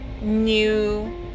new